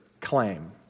claim